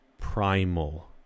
primal